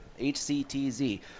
HCTZ